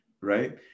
Right